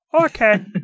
Okay